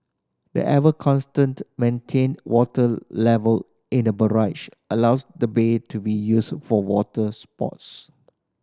the ever constantly maintained water level in the barrage allows the bay to be used for water sports